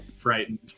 Frightened